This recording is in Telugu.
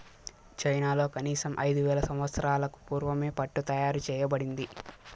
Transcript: చైనాలో కనీసం ఐదు వేల సంవత్సరాలకు పూర్వమే పట్టు తయారు చేయబడింది